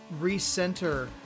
recenter